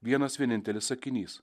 vienas vienintelis sakinys